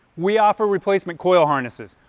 we offer replacement coil harnesses.